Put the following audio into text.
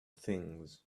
things